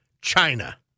China